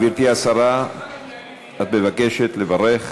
גברתי השרה, את מבקשת לברך,